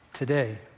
Today